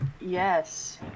Yes